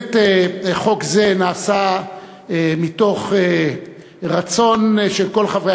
באמת חוק זה נעשה מתוך רצון של כל חברי